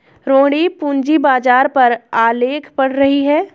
रोहिणी पूंजी बाजार पर आलेख पढ़ रही है